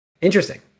interesting